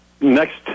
next